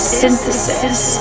synthesis